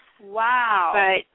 Wow